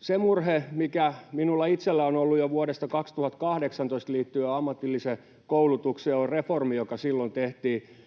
se murhe, mikä minulla itsellä on ollut jo vuodesta 2018 liittyen ammatilliseen koulutukseen, on reformi, joka tehtiin